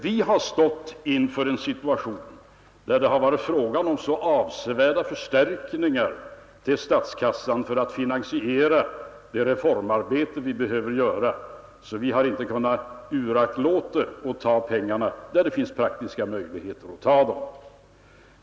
Vi har stått inför en situation, där det varit fråga om så avsevärda förstärkningar till statskassan för att finansiera det reformarbete vi behöver genomföra, att vi inte kunnat uraktlåta att ta pengarna där det finns praktiska möjligheter att ta dem.